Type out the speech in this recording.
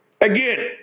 Again